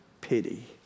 pity